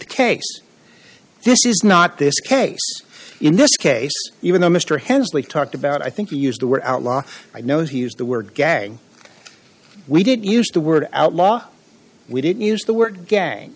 the case this is not this case in this case even though mr henslee talked about i think he used the word outlaw i know he used the word gang we didn't use the word outlaw we didn't use the word gang